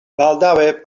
baldaŭe